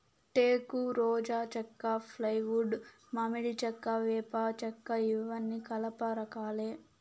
టేకు, రోజా చెక్క, ఫ్లైవుడ్, మామిడి చెక్క, వేప చెక్కఇవన్నీ కలప రకాలే